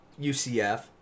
UCF